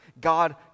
God